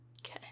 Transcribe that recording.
Okay